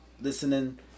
listening